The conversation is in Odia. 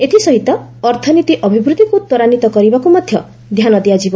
ଏଥିସହିତ ଅର୍ଥନୀତି ଅଭିବୃଦ୍ଧିକୁ ତ୍ୱରାନ୍ୱିତ କରିବାକୁ ମଧ୍ୟ ଧ୍ୟାନ ଦିଆଯିବ